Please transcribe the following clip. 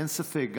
אין ספק,